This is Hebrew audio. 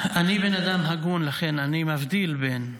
אני בן אדם הגון, לכן אני מבדיל בין,